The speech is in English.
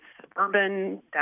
suburban